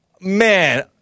Man